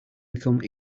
become